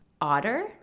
Otter